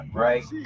right